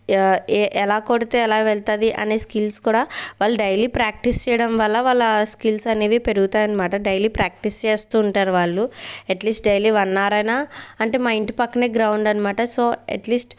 ఏ ఎలా కొడితే ఎలా వెళ్తుంది అనే స్కిల్స్ కూడా వాళ్ళు డైలీ ప్రాక్టీస్ చేయడం వల్ల వాళ్ళ స్కిల్స్ అనేవి పెరుగుతాయన్మాట డైలీ ప్రాక్టీస్ చేస్తుంటారు వాళ్ళు అట్లీస్ట్ డైలీ వన్ ఆర్ అయినా అంటే మా ఇంటి పక్కనే గ్రౌండ్ అన్నమాట సో అట్లీస్ట్